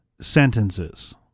sentences